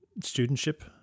studentship